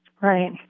Right